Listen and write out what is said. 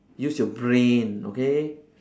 use your brain okay